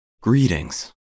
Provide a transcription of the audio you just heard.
Greetings